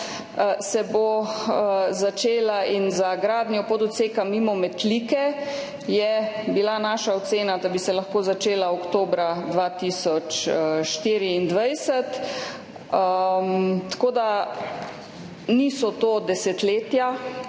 se bo začela in za gradnjo pododseka mimo Metlike je bila naša ocena, da bi se lahko začela oktobra 2024. To niso desetletja